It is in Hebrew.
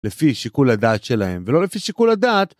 לפי שיקול הדעת שלהם, ולא לפי שיקול הדעת.